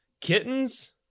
kittens